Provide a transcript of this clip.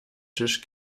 tisch